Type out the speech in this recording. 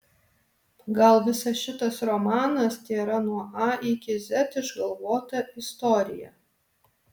gal visas šitas romanas tėra nuo a iki z išgalvota istorija